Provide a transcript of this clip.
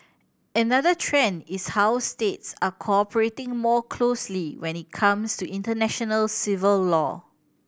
another trend is how states are cooperating more closely when it comes to international civil law